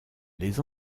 les